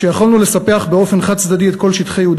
שיכולנו לספח באופן חד-צדדי את כל שטחי יהודה